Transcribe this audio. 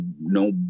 no